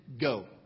go